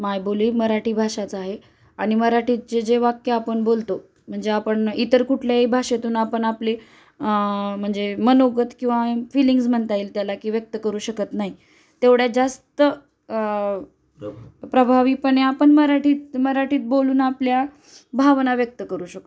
मायबोली मराठी भाषाच आहे आणि मराठीतच जे वाक्य आपण बोलतो म्हणजे आपण इतर कुठल्याही भाषेतून आपण आपले म्हणजे मनोगत किंवा फीलिंग्ज म्हणता येईल त्याला की व्यक्त करू शकत नाही तेवढ्या जास्त प्रभावीपणे आपण मराठीत मराठीत बोलून आपल्या भावना व्यक्त करू शकतो